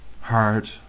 hard